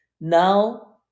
Now